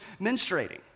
menstruating